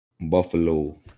Buffalo